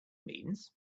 means